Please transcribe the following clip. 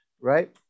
right